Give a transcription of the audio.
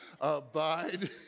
Abide